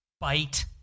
Bite